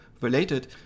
related